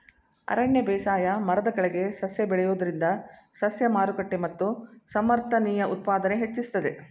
ಅರಣ್ಯ ಬೇಸಾಯ ಮರದ ಕೆಳಗೆ ಸಸ್ಯ ಬೆಳೆಯೋದ್ರಿಂದ ಸಸ್ಯ ಮಾರುಕಟ್ಟೆ ಮತ್ತು ಸಮರ್ಥನೀಯ ಉತ್ಪಾದನೆ ಹೆಚ್ಚಿಸ್ತದೆ